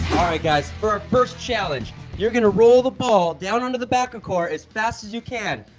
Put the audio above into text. alright guys, for our first challenge, you're gonna roll the ball down onto the baku-court as fast as you can.